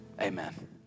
amen